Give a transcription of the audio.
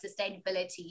sustainability